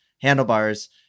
handlebars